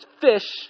fish